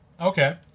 Okay